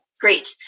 Great